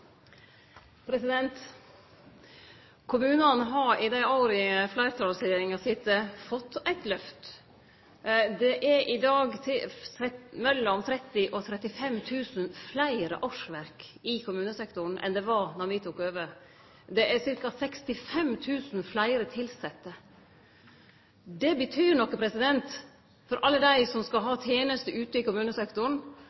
Kommunane har i dei åra fleirtalsregjeringa har sete, fått eit lyft. Det er i dag mellom 30 000 og 35 000 fleire årsverk i kommunesektoren enn det var då me tok over. Det er ca. 65 000 fleire tilsette. Det betyr noko for alle dei som skal